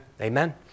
Amen